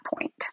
point